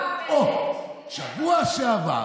אוה, בשבוע שעבר